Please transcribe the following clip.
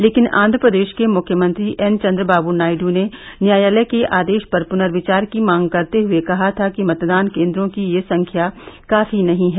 लेकिन आंध्र प्रदेश के मुख्यमंत्री एनचंद्रबाबू नायडू ने न्यायालय के आदेश पर पुनर्विचार की मांग करते हुए कहा था कि मतदान केंद्रों की यह संख्या काफी नहीं है